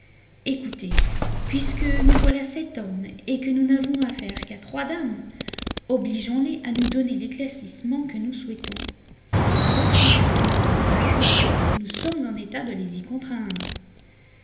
écoutez puisque nous voilà sept hommes et que nous n'avons affaire qu'à trois dames obligeons les à nous donner l'éclaircissement que nous souhaitons si elles refusent de nous le donner de bon gré nous sommes en état de les y contraindre